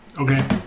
Okay